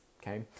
Okay